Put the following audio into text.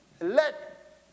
let